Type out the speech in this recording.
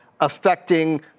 affecting